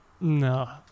No